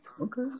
Okay